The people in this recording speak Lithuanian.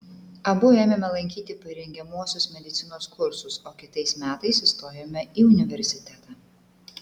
abu ėmėme lankyti parengiamuosius medicinos kursus o kitais metais įstojome į universitetą